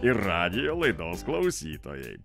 ir radijo laidos klausytojai